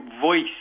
voice